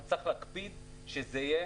אבל צריך להקפיד שזה יהיה